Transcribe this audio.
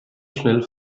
schnell